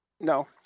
No